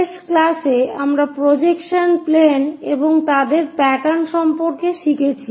শেষ ক্লাসে আমরা প্রজেকশন প্লেন এবং তাদের প্যাটার্ন সম্পর্কে শিখেছি